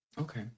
Okay